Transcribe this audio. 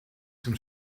dem